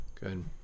Good